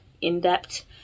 in-depth